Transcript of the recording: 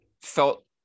felt